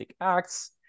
acts